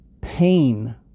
pain